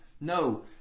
No